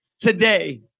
today